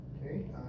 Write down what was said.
Okay